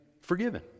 forgiven